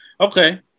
Okay